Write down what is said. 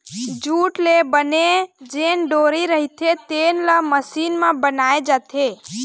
jute ले बने जेन डोरी रहिथे तेन ल मसीन म बनाए जाथे